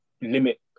limit